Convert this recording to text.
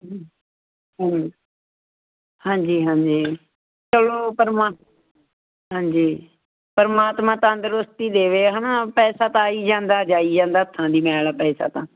ਹੋਰ ਹਾਂਜੀ ਹਾਂਜੀ ਚਲੋ ਪਰਮਾ ਹਾਂਜੀ ਪਰਮਾਤਮਾ ਤੰਦਰੁਸਤੀ ਦੇਵੇ ਹੈ ਨਾ ਪੈਸਾ ਤਾਂ ਆਈ ਜਾਂਦਾ ਜਾਈ ਜਾਂਦਾ ਹੱਥਾਂ ਦੀ ਮੈਲ ਪੈਸਾ ਤਾਂ